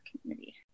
community